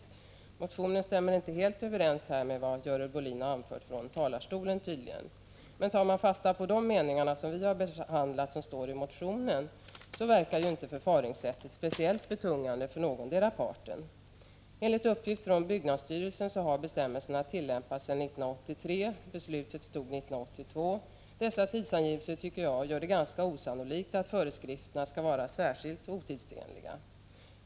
Motionen stämmer tydligen inte helt överens med vad Görel Bohlin har anfört från talarstolen. Tar man fasta på de meningar som står i motionen som vi har behandlat verkar ju förfaringssättet inte speciellt betungande för någondera parten. Enligt uppgift från byggnadsstyrelsen har bestämmelserna tillämpats sedan 1983. Beslutet fattades 1982. Dessa tidsangivelser tycker jag gör det ganska osannolikt att föreskrifterna skulle vara särskilt otidsenliga.